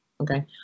okay